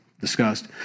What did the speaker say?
Discussed